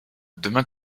demain